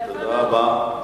תודה רבה.